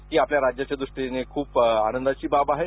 हि आपल्या राज्याच्या ृष्टीन खूप आनंदाची बाब आहे